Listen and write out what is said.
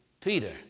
Peter